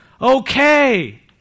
Okay